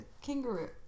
kangaroo